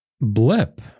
blip